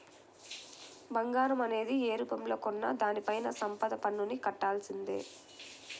బంగారం అనేది యే రూపంలో కొన్నా దానిపైన సంపద పన్నుని కట్టాల్సిందే